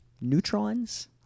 Neutrons